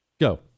go